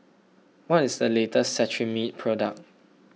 what is the latest Cetrimide product